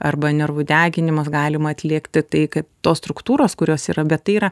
arba nervų deginimas galima atlikti tai kaip tos struktūros kurios yra bet tai yra